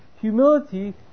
Humility